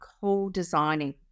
co-designing